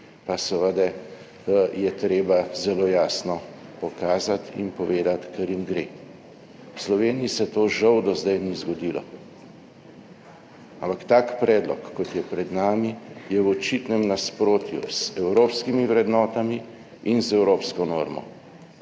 pa seveda treba zelo jasno pokazati in povedati, kar jim gre. V Sloveniji se to žal do zdaj ni zgodilo. Ampak tak predlog, kot je pred nami, je v očitnem nasprotju z evropskimi vrednotami in z evropsko normo